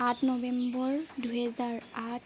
আঠ নৱেম্বৰ দুহেজাৰ আঠ